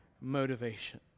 motivation